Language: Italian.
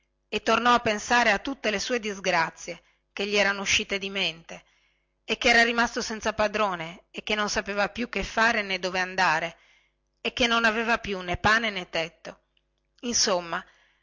e tornò a pensare a tutte le sue disgrazie che gli erano uscite di mente e che era rimasto senza padrone e che non sapeva più che fare nè dove andare e che non aveva più nè pane nè tetto